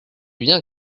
bien